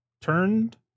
turned